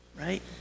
right